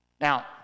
Now